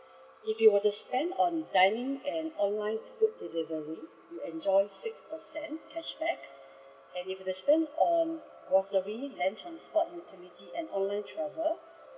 if you were to spend on dining and online food delivery you enjoy six percent cashback and if you spend on grocery land transport utility and online travel